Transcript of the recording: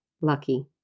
Lucky